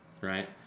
right